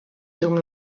dum